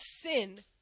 sin